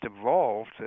evolved